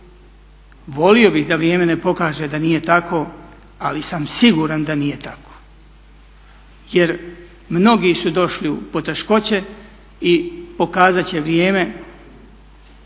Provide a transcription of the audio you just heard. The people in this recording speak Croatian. se ne razumije./… pokaže da nije tako ali sam siguran da nije tako. Jer mnogi su došli u poteškoće i pokazati će vrijeme